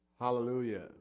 Hallelujah